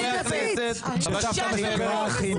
שהנכדה תראה בערוץ הכנסת איך סבתא מדברת עליה.